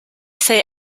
say